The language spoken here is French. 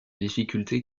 difficulté